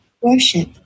Worship